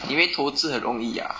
你以为投资很容易 ah